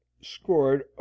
scored